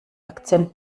akzent